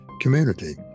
community